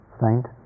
saint